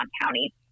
county